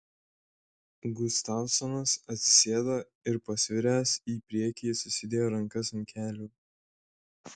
gustavsonas atsisėdo ir pasviręs į priekį susidėjo rankas ant kelių